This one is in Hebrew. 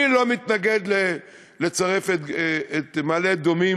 אני לא מתנגד לצרף את מעלה-אדומים,